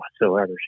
whatsoever